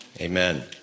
Amen